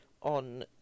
on